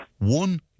One